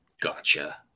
Gotcha